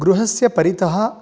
गृहस्य परितः